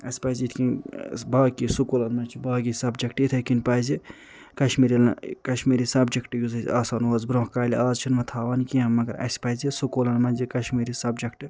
اسہِ پِزِ یِتھ کٕنۍ ٲں باقی سُکوٗلن منٛز چھِ باقی سبجیٚکٹہٕ یِتھٔے کٔنۍ پِزِ کشمیری کشمیری سبجیٚکٹہٕ یُس اسہِ آسَن اوس برٛۄنٛہہ کالہِ آز چھِنہٕ وۄنۍ تھاون کیٚنٛہہ مگر اسہِ پَزِ سُکوٗلن منٛز یہِ کشمیری سبجیٚکٹہٕ